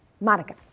Monica